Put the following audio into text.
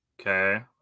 Okay